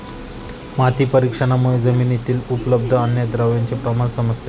माती परीक्षणामुळे जमिनीतील उपलब्ध अन्नद्रव्यांचे प्रमाण समजते का?